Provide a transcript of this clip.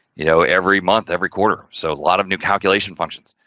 you know, every month, every quarter. so, a lot of new calculation functions,